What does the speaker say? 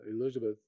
Elizabeth